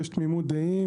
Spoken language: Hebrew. יש תמימות דעים,